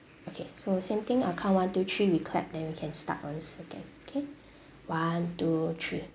okay so same thing I count one two three we clap then we can start once again okay one two three